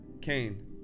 Cain